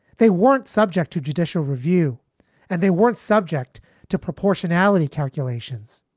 they weren't subject to judicial review and they weren't subject to proportionality calculations.